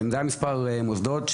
זה היה מספר מוסדות,